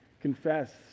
confess